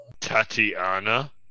Tatiana